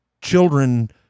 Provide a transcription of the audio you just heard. children